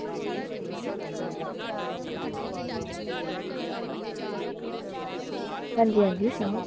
अंजी अंजी सनाओ